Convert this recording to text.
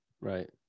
right